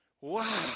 Wow